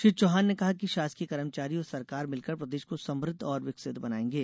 श्री चौहान ने कहा कि शासकीय कर्मचारी और सरकार मिलकर प्रदेश को समृद्ध और विकसित बनायेंगे